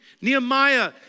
Nehemiah